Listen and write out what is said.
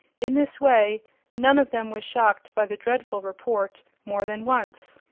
in this way none of them was shocked by the dreadful report more than once,